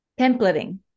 templating